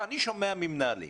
אני שומע ממנהלים